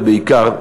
ובעיקר,